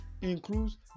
includes